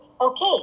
Okay